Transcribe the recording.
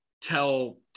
tell